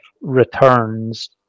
returns